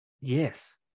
Yes